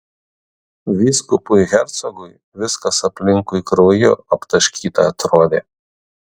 vyskupui hercogui viskas aplinkui krauju aptaškyta atrodė